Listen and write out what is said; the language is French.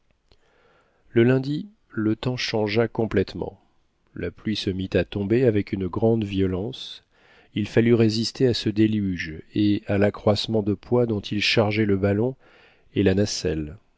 le lundi le temps changea complètement la pluie se mit à tomber avec une grande violence il fallut résister à ce déluge et à l'accroissement de poids dont il chargeait le ballon et la nacelle